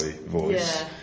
voice